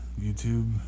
youtube